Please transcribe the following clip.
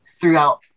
throughout